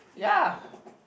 yeah